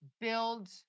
build